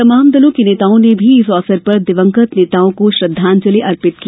तमाम दलों के नेताओं ने भी इस अवसर पर दिवंगत नेताओं को श्रद्धांजलि दी